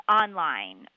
online